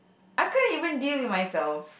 I can't even deal with myself